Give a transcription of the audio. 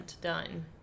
done